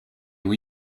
were